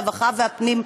הרווחה והבריאות,